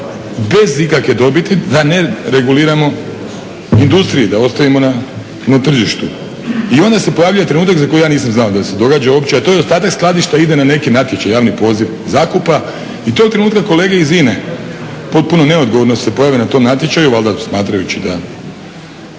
bez ikakve dobiti, da ne reguliramo industriji, da ostavimo na tržištu. I onda se pojavljuje trenutak za koji ja nisam znao da se događa uopće a to je ostatak skladišta ide na neki natječaj, javni poziv zakupa. I tog trenutka kolege iz INA-e potpuno neodgovorno se pojave na tom natječaju valjda smatrajući da,